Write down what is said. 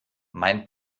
mein